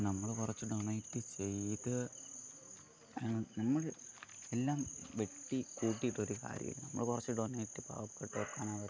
നമ്മൾ കുറച്ച് ഡൊണേറ്റ് ചെയ്ത് നമ്മള് എല്ലാം വെട്ടി കൂട്ടിയിട്ട് ഒരു കാര്യമില്ല നമ്മൾ കുറച്ച് ഡൊണേറ്റ് പാവപ്പെട്ടവർക്ക് അനാഥർക്ക്